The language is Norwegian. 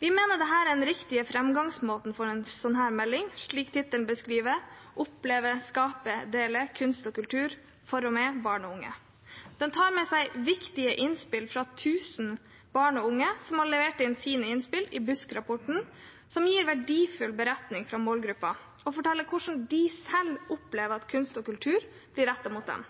Vi mener dette er den riktige framgangsmåten for en slik melding, slik tittelen beskriver – Oppleve, skape, dele – Kunst og kultur for, med og av barn og unge. Den tar med seg viktige innspill fra tusen barn og unge som har levert inn sine innspill i BUSK-rapporten, som gir verdifulle beretninger fra målgruppen og forteller hvordan de selv opplever at kunst og kultur blir rettet mot dem.